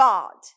God